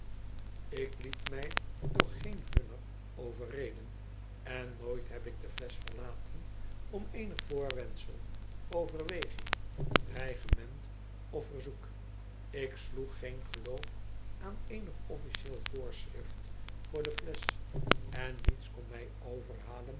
ik liet mij door geen hunner overreden en nooit heb ik de flesch verlaten om eenig voorwendsel overweging dreigement of verzoek ik sloeg geen geloof aan eenig oiticiee voorschrift voor de flesch en niets kon mij overhalen